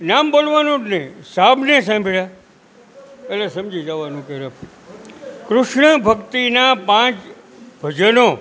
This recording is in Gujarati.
નામ બોલવાનું જ નહીં સાબને સાંભળ્યા એટલે સમજી જવાનું કે રફી કૃષ્ણભક્તિનાં પાંચ ભજનો